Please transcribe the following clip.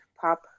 pop